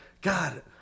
God